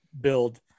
build